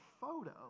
photo